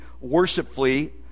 worshipfully